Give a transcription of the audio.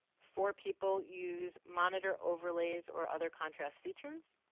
four people use monitor overlays or other contrast features.